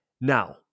Now